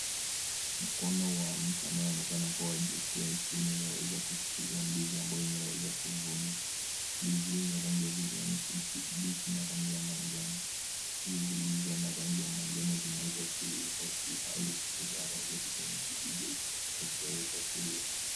Mkono wa mtu anayronekana kuwa wa jinsia ya kiume ameweza kushikilia ndii ambayo imeweza kuvunwa, ndizi hii ni ya rangi ya kijani kibichi na rangi ya manjano, hizi zilizo na rangi ya manjano zimeweza kuiva ilhali hizi za rangi ya kijani kibichi hazijaweza kuiva.